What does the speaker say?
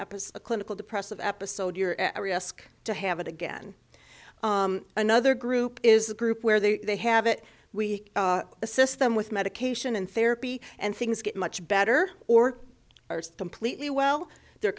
episode of clinical depressive episode you're at risk to have it again another group is the group where they they have it we assist them with medication and therapy and things get much better or completely well they're